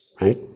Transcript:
right